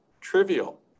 trivial